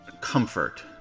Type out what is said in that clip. comfort